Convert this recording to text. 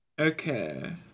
Okay